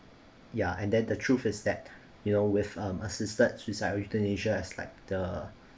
ya and then the truth is that you know with um assisted suicide euthanasia is like the